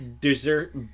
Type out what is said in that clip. Dessert